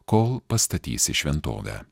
kol pastatysi šventovę